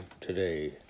today